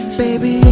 baby